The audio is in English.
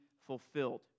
fulfilled